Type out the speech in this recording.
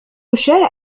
الشاي